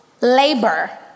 labor